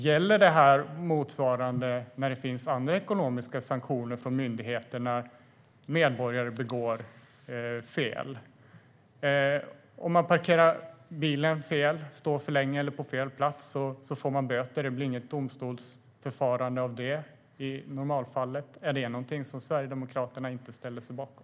Gäller samma sak när det finns andra ekonomiska sanktioner från myndigheterna då medborgare gör fel? Om man parkerar bilen fel, står för länge eller på fel plats, får man böter. Det blir inget domstolsförfarande i normalfallet. Är det någonting som Sverigedemokraterna inte ställer sig bakom?